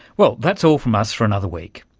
well, that's all from us for another week.